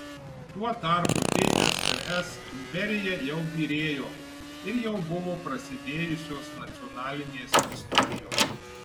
tuo tarpu tsrs imperija jau byrėjo ir jau buvo prasidėjusios nacionalinės istorijos